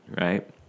right